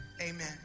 Amen